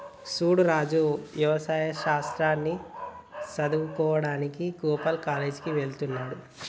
సూడు రాజు యవసాయ శాస్త్రాన్ని సదువువుకోడానికి గోపాల్ కాలేజ్ కి వెళ్త్లాడు